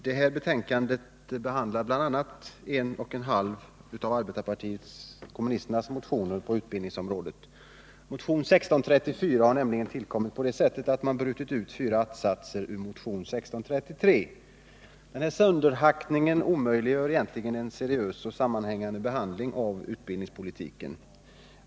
Herr talman! Detta betänkande behandlar en och en halv av arbetarpartiet kommunisternas motioner på utbildningsområdet. Motionen 1634 har nämligen tillkommit på det sättet att man brutit ut fyra att-satser ur motionen 145 1633. Denna sönderhackning omöjliggör egentligen en seriös och sammanhängande behandling av utbildningspolitiken.